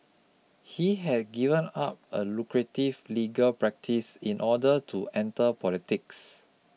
he had given up a lucrative legal practice in order to enter politics